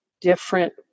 different